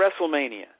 WrestleMania